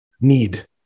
need